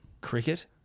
Cricket